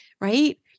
right